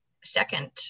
second